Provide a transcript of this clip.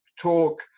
talk